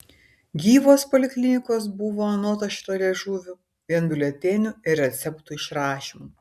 gyvos poliklinikos buvo anot aštrialiežuvių vien biuletenių ir receptų išrašymu